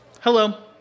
hello